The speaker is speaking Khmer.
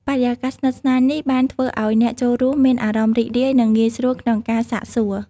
បរិយាកាសស្និទ្ធស្នាល នេះបានធ្វើឱ្យអ្នកចូលរួមមានអារម្មណ៍រីករាយនិងងាយស្រួលក្នុងការសាកសួរ។